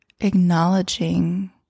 acknowledging